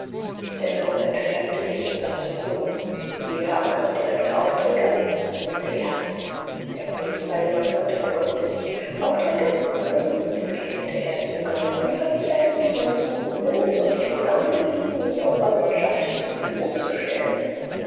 entfärbte sich und sah zu boden sie haben also direkte aufträge murmelte er der polizeileutnant verbeugte sich aufträge nein entgegnete er zögernd man versicherte sich meines guten willens und ich wurde angewiesen mich eurer lordschaft zur verfügung zu stellen